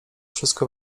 wszystko